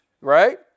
right